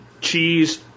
Cheese